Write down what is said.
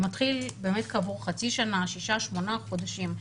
זה מתחיל באמת כעבור חצי שנה, שישה-שמונה חודשים.